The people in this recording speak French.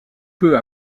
peu